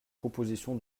proposition